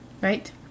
Right